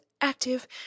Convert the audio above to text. active